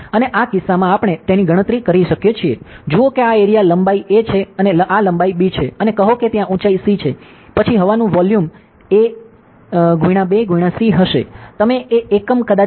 અને આ કિસ્સામાં આપણે તેની ગણતરી કરી શકીએ છીએ જુઓ કે આ એરીયા લંબાઈ a છે અને આ લંબાઈ b છે અને કહો કે ત્યાં ઉંચાઈ c છે પછી હવાનું volume a x b x c હશે ગમે તે એકમ કદાચ મીટરમાં હોઈ શકે અથવા જે પણ હોય